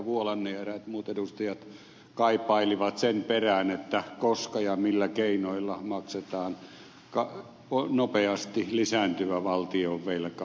vuolanne ja eräät muut edustajat kaipailivat sen perään koska ja millä keinoilla maksetaan nopeasti lisääntyvä valtionvelka takaisin